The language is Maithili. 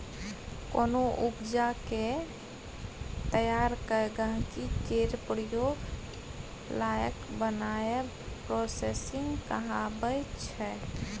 कोनो उपजा केँ तैयार कए गहिंकी केर प्रयोग लाएक बनाएब प्रोसेसिंग कहाबै छै